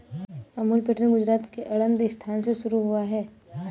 Amul pattern Gujarat के आणंद स्थान से शुरू हुआ है